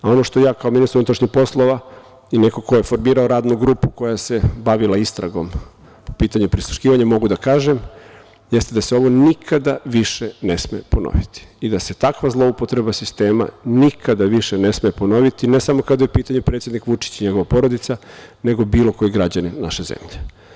Ono što ja kao ministar unutrašnjih poslova i neko ko je formirao radnu grupu koja se bavila istragom po pitanju prisluškivanja mogu da kažem, jeste da se ovo nikada više ne sme ponoviti i da se takva zloupotreba sistema nikada više ne sme ponoviti, ne samo kada je u pitanju predsednik Vučić i njegova porodica, nego bilo koji građanin naše zemlje.